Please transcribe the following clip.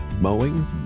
mowing